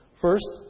First